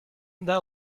that